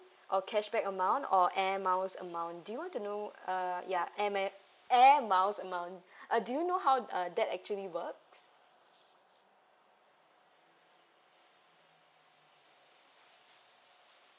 or cashback amount or air miles amount do you want to know uh ya air mi~ air miles amount uh do you know how uh that actually works